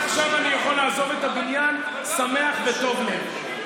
עכשיו אני יכול לעזוב את הבניין שמח וטוב לב.